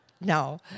No